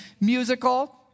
musical